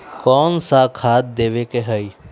कोन सा खाद देवे के हई?